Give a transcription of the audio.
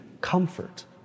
comfort